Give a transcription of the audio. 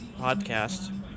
podcast